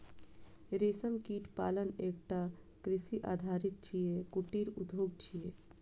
रेशम कीट पालन एकटा कृषि आधारित कुटीर उद्योग छियै